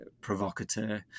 provocateur